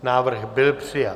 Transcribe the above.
Návrh byl přijat.